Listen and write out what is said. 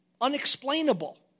unexplainable